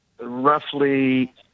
roughly